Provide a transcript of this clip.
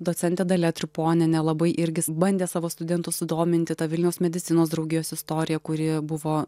docentė dalia triponienė labai irgi bandė savo studentus sudominti ta vilniaus medicinos draugijos istorija kuri buvo